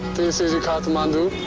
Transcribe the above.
this is and kathmandu,